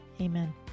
Amen